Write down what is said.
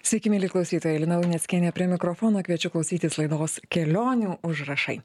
sveiki mieli klausytojai lina luneckienė prie mikrofono kviečiu klausytis laidos kelionių užrašai